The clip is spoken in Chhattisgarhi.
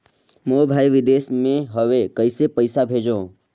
मोर भाई विदेश मे हवे कइसे पईसा भेजो?